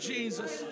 Jesus